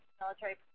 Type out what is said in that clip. military